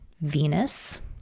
Venus